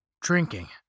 drinking